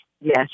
Yes